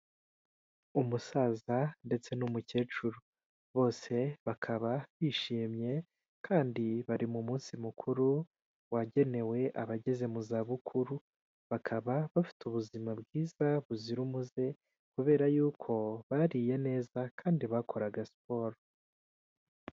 Umusaza ndetse n'umukecuru, bose bakaba bishimye kandi bari mu munsi mukuru wagenewe abageze mu za bukuru, bakaba bafite ubuzima bwiza buzira umuze kubera yuko bariye neza kandi bakoraga siporo.